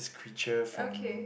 creature from